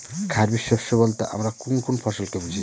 খরিফ শস্য বলতে আমরা কোন কোন ফসল কে বুঝি?